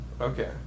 Okay